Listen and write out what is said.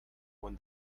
when